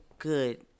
good